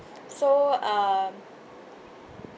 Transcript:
so um